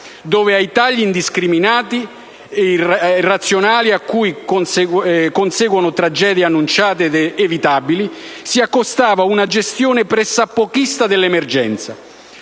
dove ai tagli indiscriminati e irrazionali a cui conseguono tragedie annunciate ed evitabili, si accosta una gestione pressappochista dell'emergenza